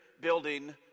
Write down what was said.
building